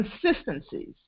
consistencies